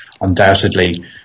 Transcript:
undoubtedly